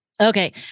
Okay